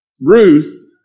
Ruth